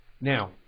Now